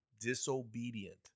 disobedient